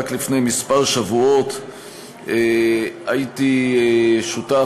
רק לפני כמה שבועות הייתי שותף,